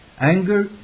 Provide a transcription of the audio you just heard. Anger